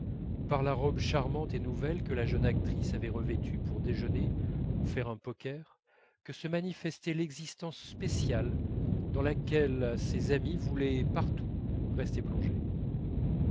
ou par la robe charmante et nouvelle que la jeune actrice avait revêtue pour déjeuner ou faire un poker que se manifestait l'existence spéciale dans laquelle ces amis voulaient partout rester plongés